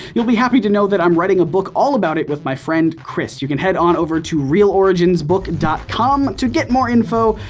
you'll be happy to know that i'm writing a book all about it with my friend, chris. you can head on over to realoriginsbook dot com to get more info,